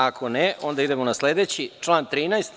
Ako ne, onda idemo na sledeći amandman.